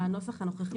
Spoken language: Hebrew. בנוסח הנוכחי,